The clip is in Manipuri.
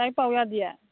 ꯂꯥꯏꯔꯤꯛ ꯄꯥꯎ ꯌꯥꯗꯤꯌꯦ